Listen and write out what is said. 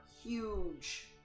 huge